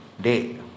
day